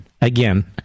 again